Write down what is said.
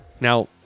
Now